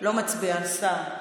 לא מצביע, השר.